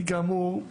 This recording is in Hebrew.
אני כאמור,